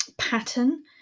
Pattern